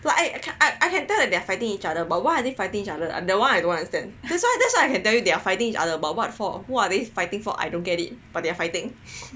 I I I can't tell that they're fighting each other but why are they fighting each other that one I don't understand that's why that's why I can tell you they are fighting each other but what for who are they fighting for I don't get it but they are fighting